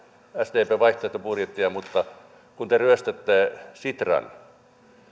sdpn vaihtoehtobudjettia mutta kun te ryöstätte sitran